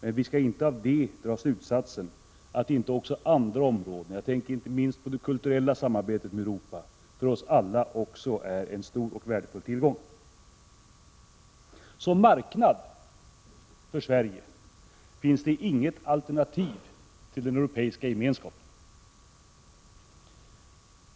Av detta skall vi dock inte dra slutsatsen att inte också andra områden för samarbete med Europa är en stor värdefull tillgång för oss alla — jag tänker inte minst på det kulturella samarbetet. Som marknad för Sverige finns det inget alternativ till den Europeiska gemenskapen.